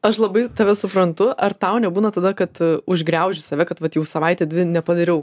aš labai tave suprantu ar tau nebūna tada kad užgriauži save kad vat jau savaitę dvi nepadariau